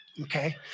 okay